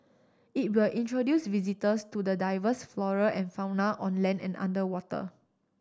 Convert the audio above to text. it will introduce visitors to the diverse flora and fauna on land and underwater